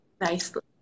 nicely